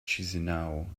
chișinău